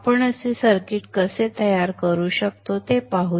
आपण असे सर्किट कसे तयार करू शकतो ते पाहू